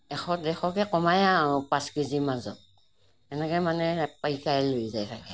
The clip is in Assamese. এশ ডেৰশকৈ কমাই আৰু পাঁচ কেজি ৰ মাজত এনেকৈ মানে পাইকাৰী লৈ যায় থাকে